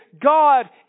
God